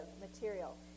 material